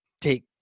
take